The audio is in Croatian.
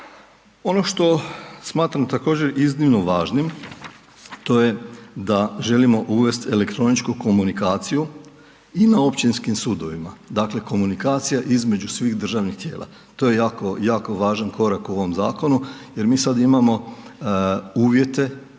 Ono što smatram također iznimno važnim, to je da želimo uvesti elektroničku komunikaciju i na općinskim sudovima, dakle komunikacija između svih državnih tijela. To je jako, jako važan korak u ovom zakonu jer mi sada imamo uvjete,